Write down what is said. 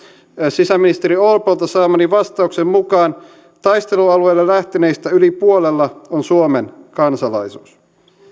sisäministeri orpolta saamani vastauksen mukaan taistelualueille lähteneistä yli puolella on suomen kansalaisuus